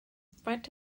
faint